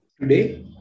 Today